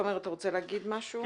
תומר, אתה רוצה להגיד משהו?